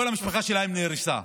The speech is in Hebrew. כל המשפחה שלהם נהרסה.